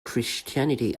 christianity